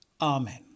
Amen